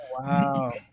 wow